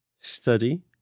study